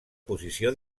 posició